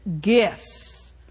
gifts